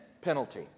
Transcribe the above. penalty